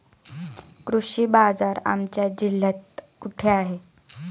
कृषी बाजार आमच्या जिल्ह्यात कुठे आहे?